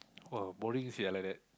!wow! boring sia like that